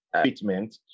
treatment